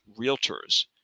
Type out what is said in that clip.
realtors